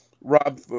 Rob